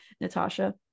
Natasha